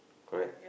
correct